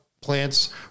plants